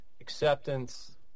acceptance